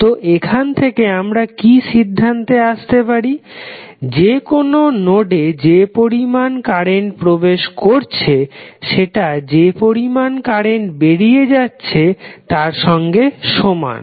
তো এখান থেকে আমরা কি সিধান্তে আস্তে পারি যে কনো নোডে যে পরিমাণ কারেন্ট প্রবেশ করছে সেটা যে পরিমাণ কারেন্ট বেরিয়ে যাচ্ছে তার সঙ্গে সমান